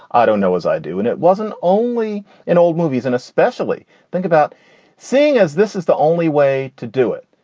i don't know as i do. and it wasn't only in old movies and especially think about seeing as this is the only way to do it.